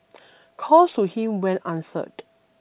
calls to him went answered